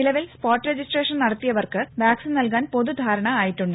നിലവിൽ spot registration നടത്തിയവർക്ക് vaccine നൽകാൻ പൊതു ധാരണ ആയിട്ടുണ്ട്